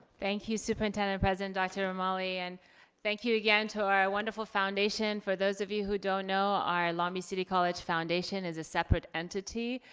thank you superintendent president dr. romali and thank you again to our wonderful foundation. for those of you who don't know our long beach city college foundation is a separate entity.